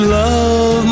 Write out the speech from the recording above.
love